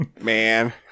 Man